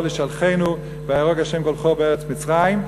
לשלחנו ויהרג ה' כל בכור בארץ מצרים",